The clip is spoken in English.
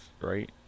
right